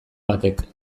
batek